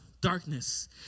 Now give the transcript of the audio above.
Darkness